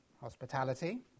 hospitality